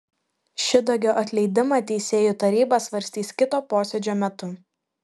šidagio atleidimą teisėjų taryba svarstys kito posėdžio metu